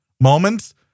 moments